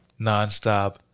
nonstop